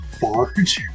barge